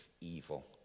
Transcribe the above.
evil